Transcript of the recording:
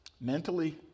mentally